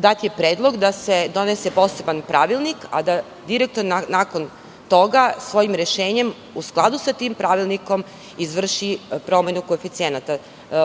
dat je predlog da se donese poseban pravilnik, a da direktor nakon toga svojim rešenjem, u skladu sa tim pravilnikom, izvrši promenu koeficijenata.